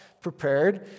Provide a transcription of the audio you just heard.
prepared